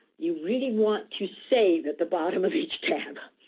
you really want to save at the bottom of each tab